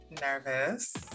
Nervous